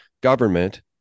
government